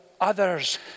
others